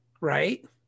Right